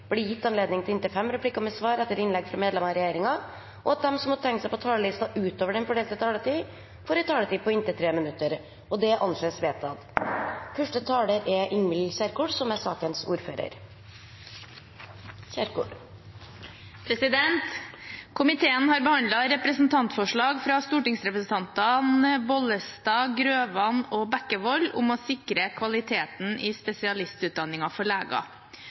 – blir gitt anledning til inntil fem replikker med svar etter innlegg fra medlemmer av regjeringen, og at de som måtte tegne seg på talerlisten utover den fordelte taletid, får en taletid på inntil 3 minutter. – Det anses vedtatt. Komiteen har behandlet representantforslaget fra stortingsrepresentantene Bollestad, Grøvan og Bekkevold om å sikre kvaliteten i spesialistutdanningen for